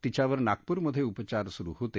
तिच्यावर नागपूर्मध्ये उपचार सुरु होते